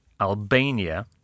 Albania